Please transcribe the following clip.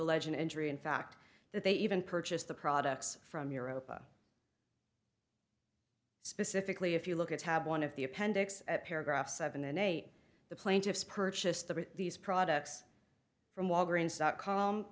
allege an injury in fact that they even purchased the products from europa specifically if you look at tab one of the appendix at paragraph seven and eight the plaintiffs purchased the these products from